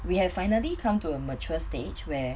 we have finally come to a mature stage where